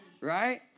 Right